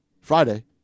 Friday